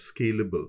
scalable